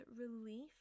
relief